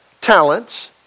talents